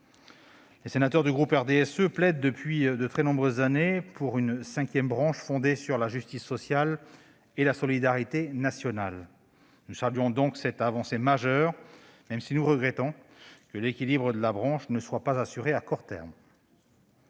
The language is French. Les sénateurs du groupe RDSE plaident depuis de très nombreuses années pour une cinquième branche fondée sur la justice sociale et la solidarité nationale. Nous saluons donc cette avancée majeure, même si nous regrettons que l'équilibre de la branche ne soit pas assuré à court terme.